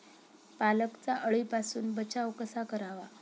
पालकचा अळीपासून बचाव कसा करावा?